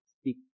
speak